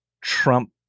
Trump